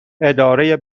اداره